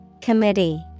Committee